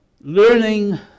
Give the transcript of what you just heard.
learning